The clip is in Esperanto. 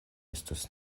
estus